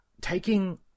taking